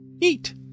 Eat